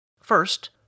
First